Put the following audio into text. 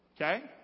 Okay